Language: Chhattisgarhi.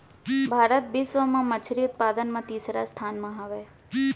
भारत बिश्व मा मच्छरी उत्पादन मा तीसरा स्थान मा हवे